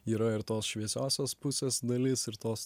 yra ir tos šviesiosios pusės dalis ir tos